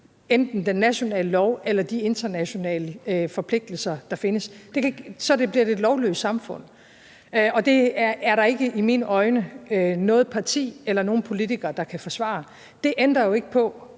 enten den nationale lov eller de internationale forpligtelser, der findes, for så bliver det et lovløst samfund, og det er der i mine øjne ikke noget parti eller nogle politikere der kan forsvare. Det ændrer jo ikke på,